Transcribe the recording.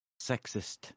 sexist